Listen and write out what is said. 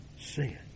sin